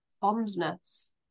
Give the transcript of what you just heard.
fondness